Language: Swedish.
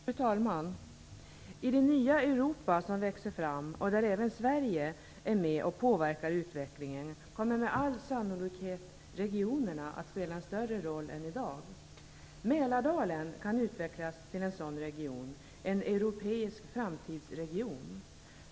Fru talman! I det nya Europa som växer fram, där även Sverige är med och påverkar utvecklingen, kommer med all sannolikhet regionerna att spela en större roll än i dag. Mälardalen kan utvecklas till en sådan region - en europeisk framtidsregion.